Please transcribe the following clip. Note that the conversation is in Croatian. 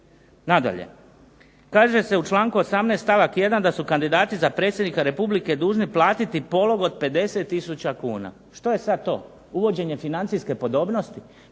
Nadalje, kaže se u članku 18. stavak 1. da su kandidati za predsjednika Republike dužni platiti polog od 50 tisuća kuna. Što je sada to? Uvođenje financijske podobnosti?